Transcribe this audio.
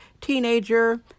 teenager